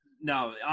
no